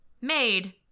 made